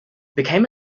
became